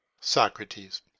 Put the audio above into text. Socrates